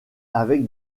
avec